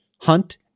Hunt